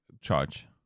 charge